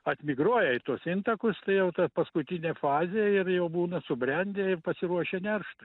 atmigruoja į tuos intakus tai jau ta paskutinė fazė ir jau būna subrendę ir pasiruošę neršt